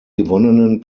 gewonnenen